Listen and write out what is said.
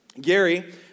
Gary